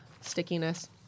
stickiness